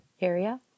area